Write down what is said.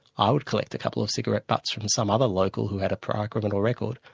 i would collect a couple of cigarette butts from some other local who had a prior criminal record,